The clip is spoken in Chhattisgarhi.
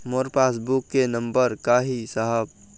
मोर पास बुक के नंबर का ही साहब?